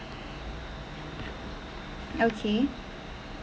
okay